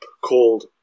called